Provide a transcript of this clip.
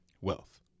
wealth